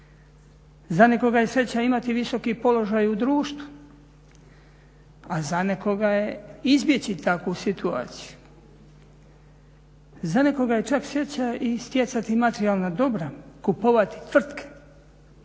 Za nekoga je sreća imati visoki položaj u društvu, a za nekoga je izbjeći takvu situaciju. Za nekoga je čak sreća i stjecati materijalna dobra kupovati tvrtke,